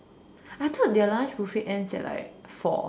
I thought their lunch buffet ends at like four